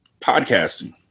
Podcasting